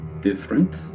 different